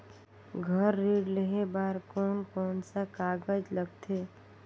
घर ऋण लेहे बार कोन कोन सा कागज लगथे?